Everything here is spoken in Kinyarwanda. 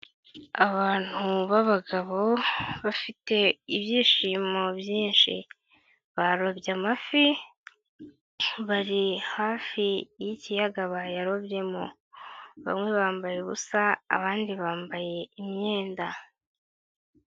Abantu b'abagabo bafite ibyishimo byinshi, barobye amafi bari hafi y'ikiyaga bayarobyemo, bamwe bambaye ubusa abandi bambaye imyenda.